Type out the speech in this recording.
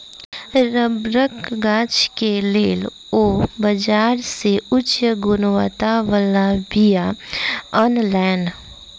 रबड़क गाछ के लेल ओ बाजार से उच्च गुणवत्ता बला बीया अनलैन